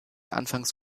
anfangs